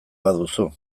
baduzu